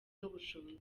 n’ubushobozi